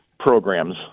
Programs